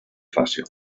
fàcil